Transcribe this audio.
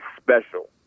special